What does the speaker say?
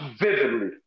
vividly